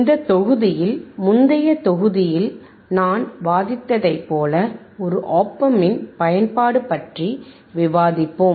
இந்த தொகுதியில் முந்தைய தொகுதியில் நான் வாதித்ததைப் போல ஒரு ஒப் ஆம்பின் பயன்பாடு பற்றி விவாதிப்போம்